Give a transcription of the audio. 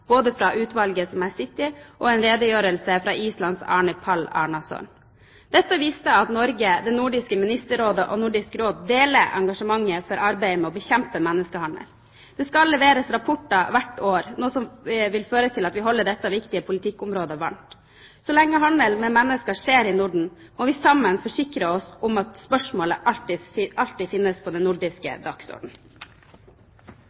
både i utvalget jeg sitter i, og i en redegjørelse av Islands Árni Páll Árnason. Dette viste at Norge, Nordisk Ministerråd og Nordisk Råd deler engasjementet for arbeidet med å bekjempe menneskehandel. Det skal leveres rapporter hvert år, noe som vil føre til at vi holder dette viktige politikkområdet varmt. Så lenge handelen med mennesker skjer i Norden, må vi sammen forsikre oss om at spørsmålet alltid finnes på den nordiske dagsorden. Representanten Kielland Asmyhr reiste problemstillingen: Hva kommer ut av det nordiske